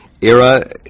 era